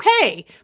okay